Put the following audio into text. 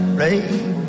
rain